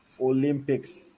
Olympics